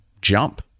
jump